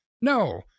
No